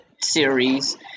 series